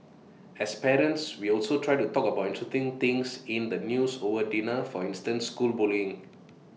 as parents we also try to talk about interesting things in the news over dinner for instance school bullying